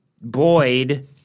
Boyd